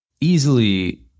Easily